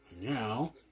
Now